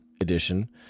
edition